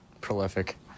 prolific